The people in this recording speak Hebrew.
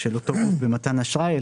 של אותו גוף במתן אשראי,